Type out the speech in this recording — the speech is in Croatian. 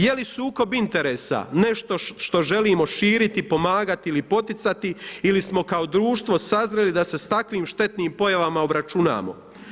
Je li sukob interesa nešto što želimo širiti, pomagat ili poticati ili smo kao društvo sazreli da se s takvim štetnim pojavama obračunamo.